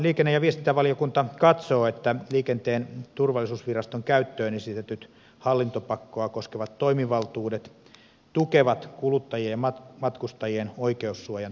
liikenne ja viestintävaliokunta katsoo että liikenteen turvallisuusviraston käyttöön esitetyt hallintopakkoa koskevat toimivaltuudet tukevat kuluttajien ja matkustajien oikeussuojan toteutumista